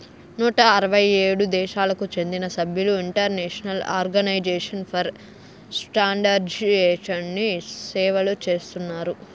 నూట అరవై ఏడు దేశాలకు చెందిన సభ్యులు ఇంటర్నేషనల్ ఆర్గనైజేషన్ ఫర్ స్టాండర్డయిజేషన్ని సేవలు చేస్తున్నారు